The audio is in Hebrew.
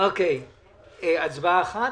הצבעה אחת?